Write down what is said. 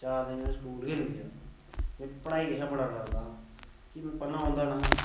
चार दिन में स्कूल गै नेईं गेआ में पढ़ाई कशा बड़ा डरदा हा कि पढ़ना औंदा नां हा